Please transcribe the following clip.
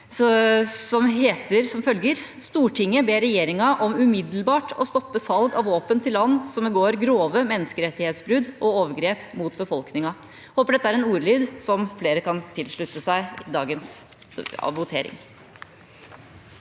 «Stortinget ber regjeringen om å umiddelbart stoppe salg av våpen til land som begår grove menneskerettighetsbrudd og overgrep mot egen befolkning.» Vi håper dette er en ordlyd som flere kan tilslutte seg i dagens votering.